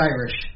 Irish